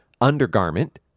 undergarment